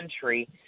country